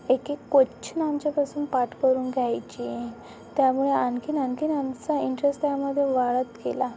एक एक कोछन आमच्यापासून पाठ करून घ्यायचे त्यामुळे आणखीन आणखीन आमचा इंट्रेस त्यामध्ये वाढत गेला